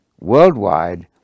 worldwide